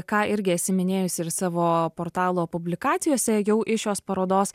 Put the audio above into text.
ką irgi esi minėjusi ir savo portalo publikacijose jau iš šios parodos